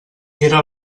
era